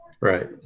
right